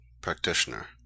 practitioner